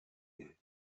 үһү